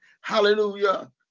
Hallelujah